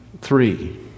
three